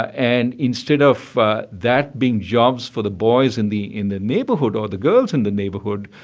and instead of that being jobs for the boys in the in the neighborhood or the girls in the neighborhood,